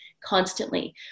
constantly